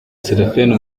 seraphine